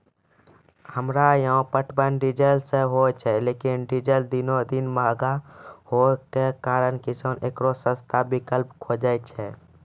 हमरा यहाँ पटवन डीजल इंजन से होय छैय लेकिन डीजल दिनों दिन महंगा होय के कारण किसान एकरो सस्ता विकल्प खोजे छैय?